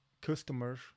customers